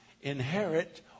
inherit